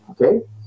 Okay